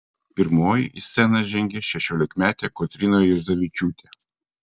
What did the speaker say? pirmoji į sceną žengė šešiolikmetė kotryna juodzevičiūtė